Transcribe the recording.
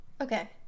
Okay